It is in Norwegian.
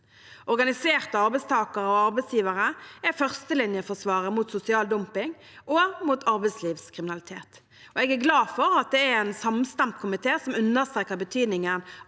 Organiserte arbeidstakere og arbeidsgivere er førstelinjeforsvaret mot sosial dumping og arbeidslivskriminalitet. Jeg er glad for at det er en samstemt komité som understreker betydningen